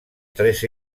tres